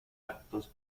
actos